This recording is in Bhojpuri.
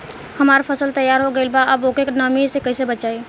हमार फसल तैयार हो गएल बा अब ओके नमी से कइसे बचाई?